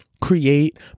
create